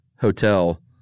hotel